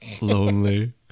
lonely